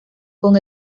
con